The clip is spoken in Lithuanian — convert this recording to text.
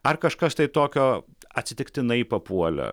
ar kažkas tai tokio atsitiktinai papuolė